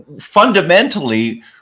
fundamentally